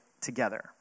together